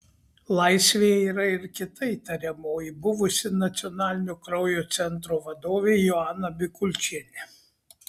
laisvėje yra ir kita įtariamoji buvusi nacionalinio kraujo centro vadovė joana bikulčienė